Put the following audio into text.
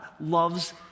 loves